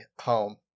home